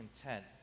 content